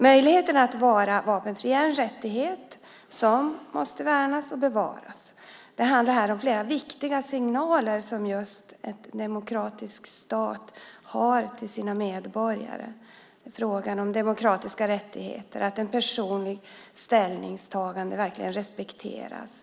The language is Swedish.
Möjligheten att vara vapenfri är en rättighet som måste värnas och bevaras. Det handlar här om flera viktiga signaler som en demokratisk stat ger sina medborgare i frågan om demokratiska rättigheter och om att ett personligt ställningstagande verkligen respekteras.